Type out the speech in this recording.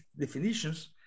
definitions